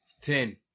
Ten